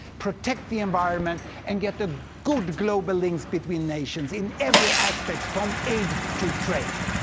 protect the environment and get the good global links between nations in every aspect from aid to trade.